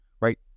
right